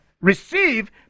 receive